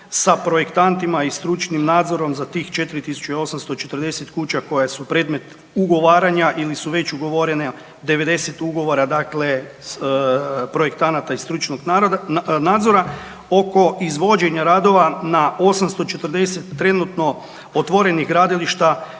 Sa projektantima i stručnim nadzorom za tih 4840 kuća koje su predmet ugovaranja ili su već ugovorene 90 ugovora dakle projektanata i stručnog nadzora. Oko izvođenja radova na 840 trenutno otvorenih gradilišta